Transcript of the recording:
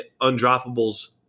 undroppables